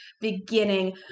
beginning